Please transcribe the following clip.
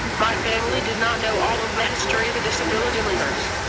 my family did not know all of the history the disability leaders.